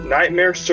Nightmare